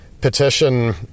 petition